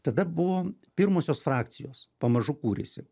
tada buvo pirmosios frakcijos pamažu kūrėsi